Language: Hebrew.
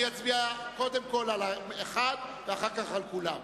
אני אצביע קודם כול על אחד ואחר כך על כולם.